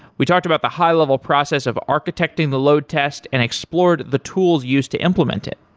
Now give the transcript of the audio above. we talked about the high-level process of architecting the load test and explored the tools used to implement it.